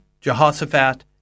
Jehoshaphat